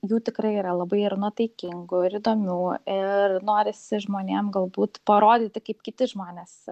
jų tikrai yra labai ir nuotaikingų ir įdomių ir norisi žmonėm galbūt parodyti kaip kiti žmonės